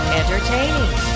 entertaining